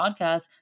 podcast